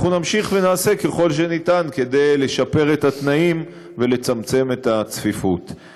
אנחנו נמשיך ונעשה ככל שניתן כדי לשפר את התנאים ולצמצם את הצפיפות.